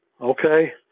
Okay